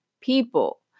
people